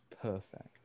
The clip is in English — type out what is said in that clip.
perfect